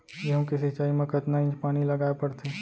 गेहूँ के सिंचाई मा कतना इंच पानी लगाए पड़थे?